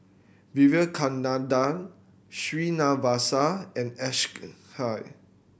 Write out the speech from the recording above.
Vivekananda Srinivasa and Hay